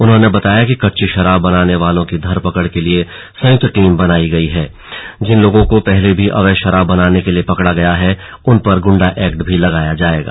उन्होंने बताया कि कच्ची शराब बनाने वालों की धर पकड़ के लिए संयुक्त टीम बनायी गई है जिन लोगों को पहले भी अवैध शराब बनाने के लिए पकड़ा गया है उन पर गुंडा एक्ट भी लगाया जाएगा